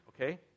okay